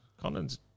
Condon's